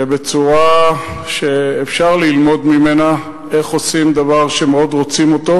בצורה שאפשר ללמוד ממנה איך עושים דבר שמאוד רוצים אותו.